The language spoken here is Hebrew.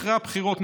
אחרי הבחירות,